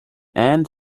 and